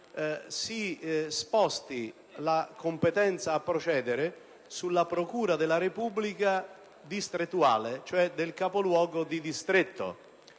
si sposti la competenza a procedere sulla procura della Repubblica distrettuale, cioè del capoluogo di distretto,